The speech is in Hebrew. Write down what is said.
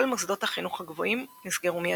כל מוסדות החינוך הגבוהים נסגרו מיידית,